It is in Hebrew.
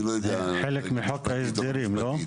אני לא יודע --- חלק מחוק ההסדרים, לא?